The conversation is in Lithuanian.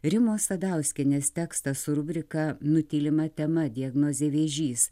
rimos sadauskienės tekstą su rubrika nutylima tema diagnozė vėžys